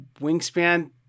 Wingspan